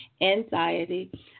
anxiety